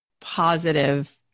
positive